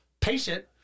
patient